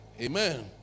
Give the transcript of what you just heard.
Amen